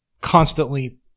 constantly